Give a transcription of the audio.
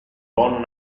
bon